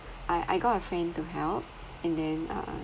I I got a friend to help and then uh